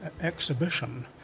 exhibition